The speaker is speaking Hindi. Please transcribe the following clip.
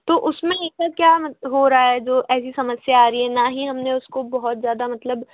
तो उसमें एसा क्या हो रहा है जो ऐसी समस्या आ रही है ना ही हम ने उसको बहुत ज़्यादा मतलब